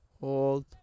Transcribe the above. hold